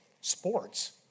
Sports